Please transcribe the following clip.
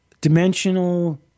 dimensional